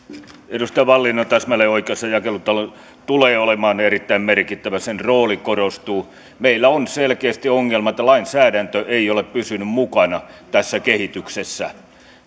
edustaja wallin on täsmälleen oikeassa jakelutalous tulee olemaan erittäin merkittävä sen rooli korostuu meillä on selkeästi ongelma että lainsäädäntö ei ole pysynyt mukana tässä kehityksessä